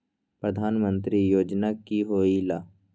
प्रधान मंत्री योजना कि होईला?